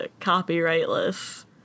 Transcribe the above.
copyrightless